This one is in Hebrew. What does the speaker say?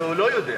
והוא לא יודע.